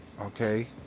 Okay